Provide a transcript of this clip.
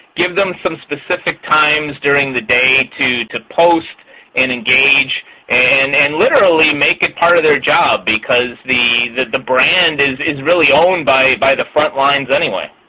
give them some specific times during the day to to post and engage and and literally make it part of their job because the the brand is is really owned by by the frontlines anyway.